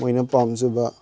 ꯃꯣꯏꯅ ꯄꯥꯝꯖꯕ